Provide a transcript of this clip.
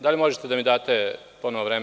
Da li možete da mi date ponovo vreme.